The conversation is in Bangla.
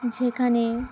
যেখানে